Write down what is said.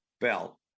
Bell